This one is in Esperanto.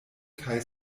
kaj